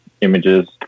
images